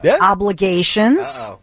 obligations